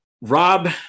rob